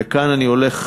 וכאן אני הולך,